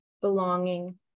belonging